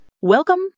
Welcome